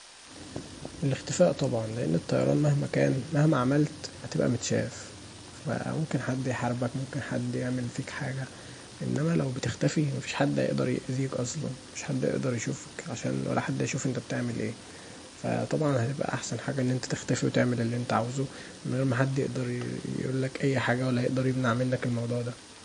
الاختفاء طبعا، لان الطيران مهما كان، مهما عملت هتبقي متشاف، فممكن حد يحاربك، حد يعمل فيك حاجه انما لو بتختفي مفيش حد هيقدر يأذيك أصلا مفيش حد هيقدر يشوفك عشان ولا حد هيشوف انت بتعمل ايه فطبعا هتبقي احسن حاجه ان انت تختفي وتعمل اللي انت عاوزه من غير ما حد يقدر يقولك اي حاجه او يقدر يمنع منك الموضوع دا.